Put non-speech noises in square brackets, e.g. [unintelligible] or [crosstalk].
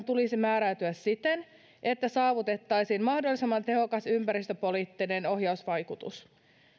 [unintelligible] tulisi määräytyä siten että saavutettaisiin mahdollisimman tehokas ympäristöpoliittinen ohjausvaikutus